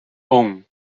own